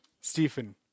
Stephen